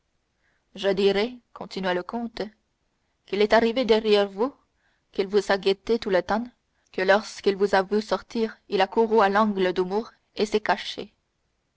je dirai continua le comte qu'il est arrivé derrière vous qu'il vous a guetté tout le temps que lorsqu'il vous a vu sortir il a couru à l'angle du mur et s'est caché